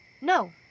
No